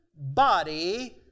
body